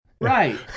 Right